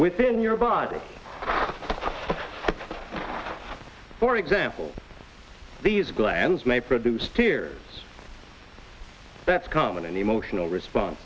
within your body for example these glands may produce tear that's common an emotional response